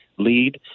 lead